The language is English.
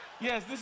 Yes